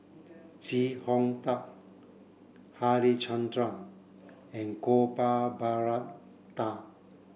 Chee Hong Tat Harichandra and Gopal Baratham